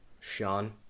Sean